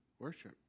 worship